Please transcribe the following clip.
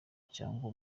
cyangwa